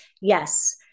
Yes